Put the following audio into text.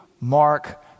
Mark